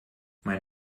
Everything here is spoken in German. mein